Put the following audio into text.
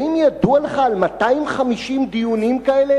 האם ידוע לך על 250 דיונים כאלה